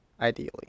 Ideally